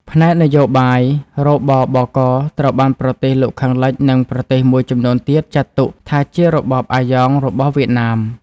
ផ្នែកនយោបាយ: រ.ប.ប.ក. ត្រូវបានប្រទេសលោកខាងលិច និងប្រទេសមួយចំនួនទៀតចាត់ទុកថាជារបបអាយ៉ងរបស់វៀតណាម ។